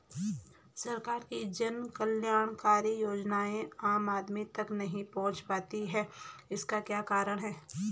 सरकार की जन कल्याणकारी योजनाएँ आम आदमी तक नहीं पहुंच पाती हैं इसका क्या कारण है?